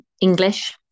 English